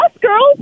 girls